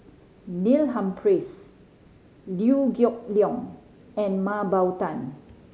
Neil Humphreys Liew Geok Leong and Mah Bow Tan